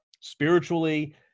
spiritually